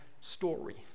story